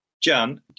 Jan